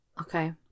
Okay